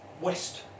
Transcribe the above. west